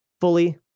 fully